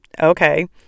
okay